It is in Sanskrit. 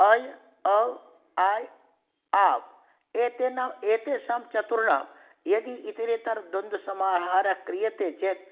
अय् अव् आय् आव् एतेन एतेषां चतुर्णां यदि इतरेतरद्वन्द्वसमाहारः क्रियते चेत्